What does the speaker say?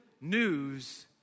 news